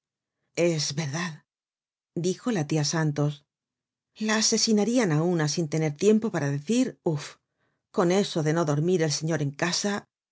es verdad dijo la tia santos la asesinarian á una sin tener tiempo para decir uf con eso de no dormir el señor en casa